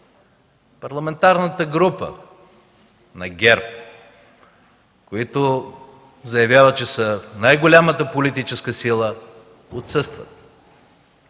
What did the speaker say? Парламентарната група на ГЕРБ, които заявяват, че са най-голямата политическа сила, отсъства.